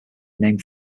named